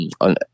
on